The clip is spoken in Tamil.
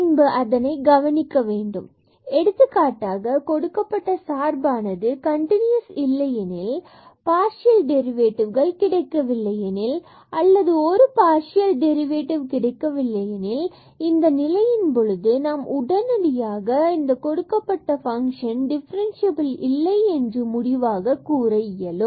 பின்பு அதனை கவனிக்க வேண்டும் எடுத்துக்காட்டாக கொடுக்கப்பட்ட சார்பானது கன்டினுயஸ் இல்லையெனில் அல்லது பார்சியல் டெரிவேட்டிவ்கள் partial derivative கிடைக்கவில்லை எனில் அல்லது ஒரு பார்சியல் டெரிவேட்டிவ் கிடைக்கவில்லை எனில் இந்த நிலையின் பொழுது நாம் உடனடியாக இந்த கொடுக்கப்பட்ட ஃபங்ஷன் டிஃபரன்சியபில் இல்லை என்று முடிவாக கூற இயலும்